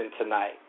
tonight